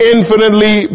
infinitely